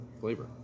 flavor